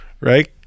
right